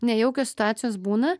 nejaukios situacijos būna